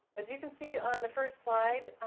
as you can see on the first slide,